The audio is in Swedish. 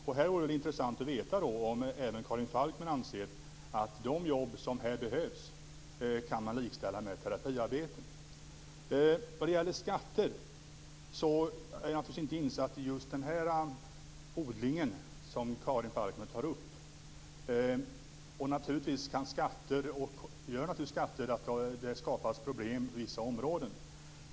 Det vore intressant att få veta om även Karin Falkmer anser att de jobb som behövs här kan likställas med terapiarbete. Vad gäller skatter är jag naturligtvis inte insatt i just den här odlingen som Karin Falkmer tar upp. Naturligtvis innebär skatter att det skapas problem på vissa områden.